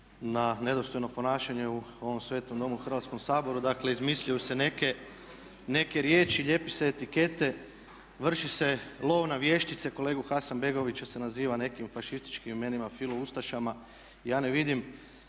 na nedostojno ponašanje u ovom svetom Domu, Hrvatskom saboru, dakle izmišljaju se neke riječi, lijepe se etikete, vrši se lov na vještice, kolegu Hasanbegovića se naziva nekim fašističkim imenima. Ja ne vidim